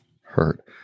hurt